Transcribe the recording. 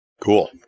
cool